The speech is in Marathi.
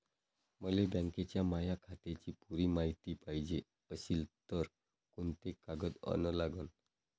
मले बँकेच्या माया खात्याची पुरी मायती पायजे अशील तर कुंते कागद अन लागन?